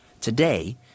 Today